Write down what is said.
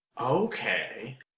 Okay